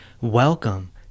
Welcome